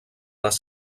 les